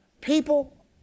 people